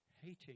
hating